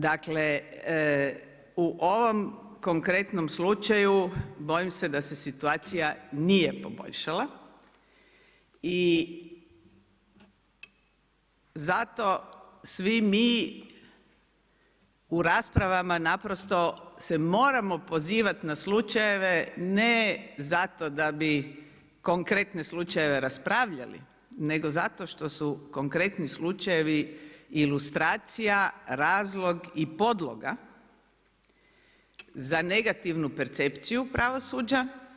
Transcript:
Dakle, u ovom konkretnom slučaju bojim se da se situacija nije poboljšala i zato svi mi u raspravama naprosto se moramo pozivat na slučajeve ne zato da bi konkretne slučajeve raspravljali, nego zato što su konkretni slučajevi ilustracija, razlog i podloga za negativnu percepciju pravosuđa.